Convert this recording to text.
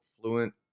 fluent